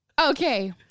Okay